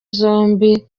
zombi